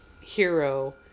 hero